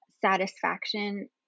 satisfaction